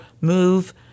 move